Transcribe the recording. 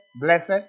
Blessed